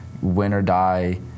win-or-die